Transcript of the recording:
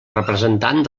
representant